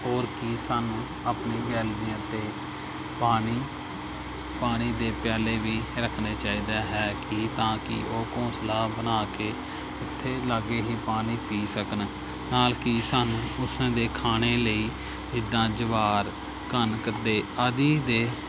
ਹੋਰ ਕਿ ਸਾਨੂੰ ਆਪਣੀ ਗੈਲਰੀ ਅਤੇ ਪਾਣੀ ਪਾਣੀ ਦੇ ਪਿਆਲੇ ਵੀ ਰੱਖਣੇ ਚਾਹੀਦੇ ਹੈ ਕਿ ਤਾਂ ਕਿ ਉਹ ਘੋਂਸਲਾ ਬਣਾ ਕੇ ਇੱਥੇ ਲਾਗੇ ਹੀ ਪਾਣੀ ਪੀ ਸਕਣ ਨਾਲ ਕਿ ਸਾਨੂੰ ਉਸਨੇ ਦੇ ਖਾਣੇ ਲਈ ਜਿੱਦਾਂ ਜਵਾਰ ਕਣਕ ਦੇ ਆਦਿ ਦੇ